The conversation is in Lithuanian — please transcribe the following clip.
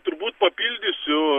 turbūt papildysiu